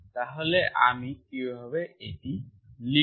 তাহলে আমি কিভাবে এটা লিখব